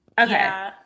okay